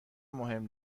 مهم